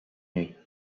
nuit